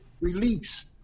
release